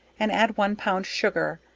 and add one pound sugar,